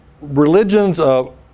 religions